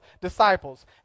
disciples